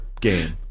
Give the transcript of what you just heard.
game